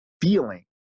feeling